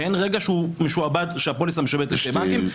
ואין רגע שהפוליסה משועבדת לשני בנקים.